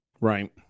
Right